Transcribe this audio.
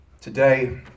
Today